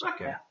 Okay